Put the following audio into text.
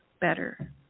better